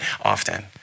often